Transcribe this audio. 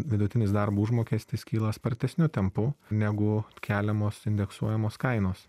vidutinis darbo užmokestis kyla spartesniu tempu negu keliamos indeksuojamos kainos